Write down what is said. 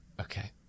Okay